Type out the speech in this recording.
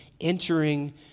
entering